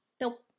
Nope